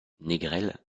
négrel